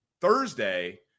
Thursday